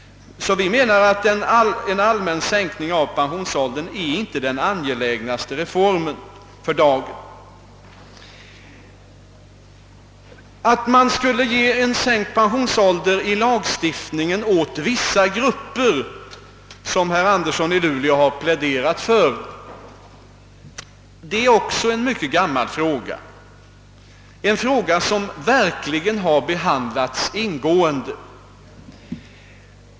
Vi anser alltså att en allmän sänkning av pensionsåldern inte är den angelägnaste reformen för dagen. Att man genom lagstiftning skulle ge en sänkt pensionsålder åt vissa grupper — något som herr Andersson i Luleå pläderat för — är också en gammal fråga, en fråga som verkligen har behandlats ingående.